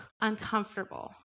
uncomfortable